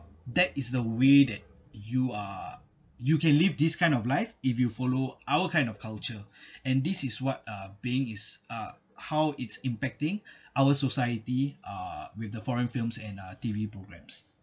that is the way that you uh you can leave this kind of life if you follow our kind of culture and this is what uh being is uh how it's impacting our society uh with the foreign films and uh T_V programmes